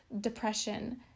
depression